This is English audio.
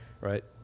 right